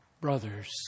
brothers